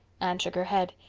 anne shook her head.